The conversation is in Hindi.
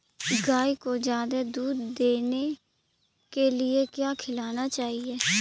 गाय को ज्यादा दूध देने के लिए क्या खिलाना चाहिए?